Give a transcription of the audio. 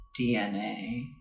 DNA